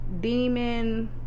Demon